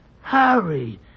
Harry